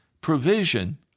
provision